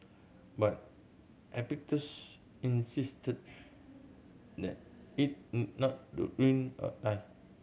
but Epictetus insist that it not to ruin our live